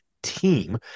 team